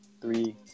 three